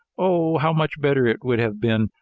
oh, how much better it would have been,